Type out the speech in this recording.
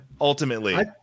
ultimately